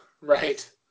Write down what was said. Right